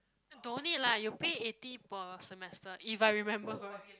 don't need lah you pay eighty per semester if I remember correct